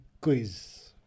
quiz